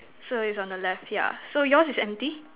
so is on the left yeah so yours is empty